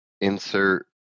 insert